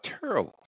terrible